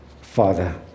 Father